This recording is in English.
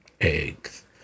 eggs